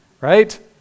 right